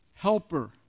helper